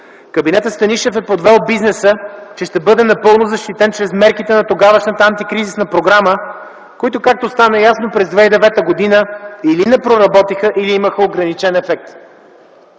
Кабинетът Станишев е подвел бизнеса, че ще бъде напълно защитен чрез мерките на тогавашната антикризисна програма, които, както стана ясно през 2009 г., или не проработиха, или имаха ограничен ефект.